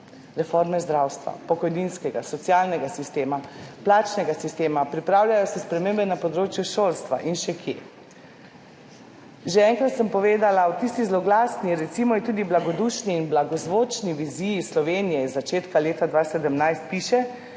reforme zdravstva, pokojninskega, socialnega sistema, plačnega sistema, pripravljajo se spremembe na področju šolstva in še kje. Enkrat sem že povedala, v tisti zloglasni, recimo tudi blagodušni in blagozvočni, viziji Slovenije iz začetka leta 2017 piše,